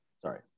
Sorry